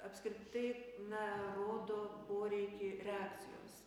apskritai na rodo poreikį reakcijos